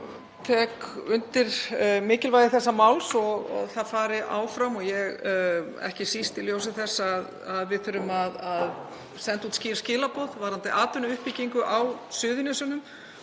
Ég tek undir mikilvægi þessa máls, að það fari áfram, ekki síst í ljósi þess að við þurfum að senda út skýr skilaboð varðandi atvinnuuppbyggingu á Suðurnesjum